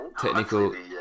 technical